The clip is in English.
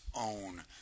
own